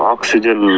Oxygen